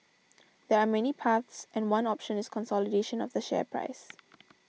there are many paths and one option is consolidation of the share price